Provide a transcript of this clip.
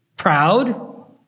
Proud